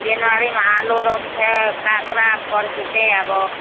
जनवरीमा आलु रोप्छ काँक्रा फर्सी चाहिँ अब